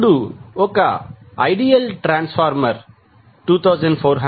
ఇప్పుడు ఒక ideal transformer 2400120 V 9